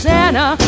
Santa